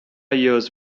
years